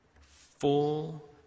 full